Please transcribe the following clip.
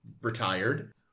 retired